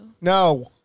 No